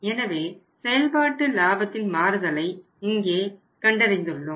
எனவே செயல்பாட்டு லாபத்தின் மாறுதலை இங்கே கண்டறிந்துள்ளோம்